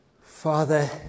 Father